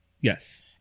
Yes